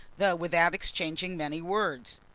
though without exchanging many words.